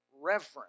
reverence